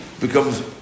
becomes